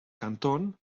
canton